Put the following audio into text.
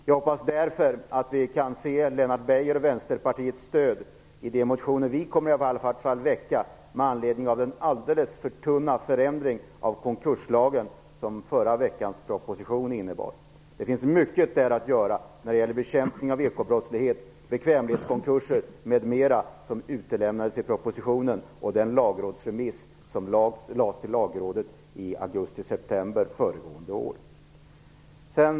Jag hoppas därför att vi kan få Lennart Beijers och Vänsterpartiets stöd för de motioner vi kommer att väcka med anledning av den alldeles för tunna förändring av konkurslagen som förra veckans proposition innebar. Det finns mycket att göra när det gäller bekämpning av ekobrottslighet, bekvämlighetskonkurser m.m. Det utelämnades i propositionen och i den lagrådsremiss som kom i augusti september föregående år. Herr talman!